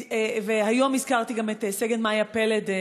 והיום הזכרתי גם את סגן מאיה פלד,